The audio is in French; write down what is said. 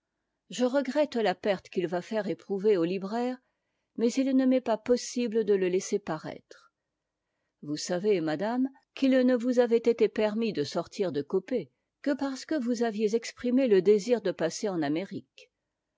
je regrette la perte qu'il va faire éprouver au libraire mais il ne m'est pas possible de le laisser parattre vous savez madame qu'il ne vous avait été permis de sortir de coppet que parce que vous aviez expruné e désir de passer en amérique